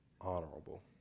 honorable